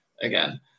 again